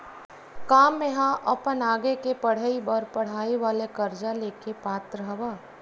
का मेंहा अपन आगे के पढई बर पढई वाले कर्जा ले के पात्र हव?